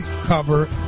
cover